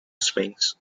springs